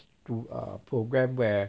to a program where